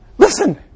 Listen